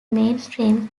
mainframe